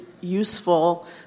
useful